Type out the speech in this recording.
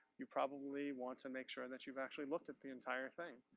you probably want to make sure and that you've actually looked at the entire thing.